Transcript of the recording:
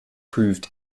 proved